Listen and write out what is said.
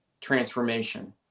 transformation